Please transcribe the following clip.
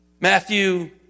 Matthew